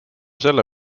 selle